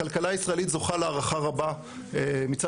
הכלכלה הישראלית זוכה להערכה רבה מצד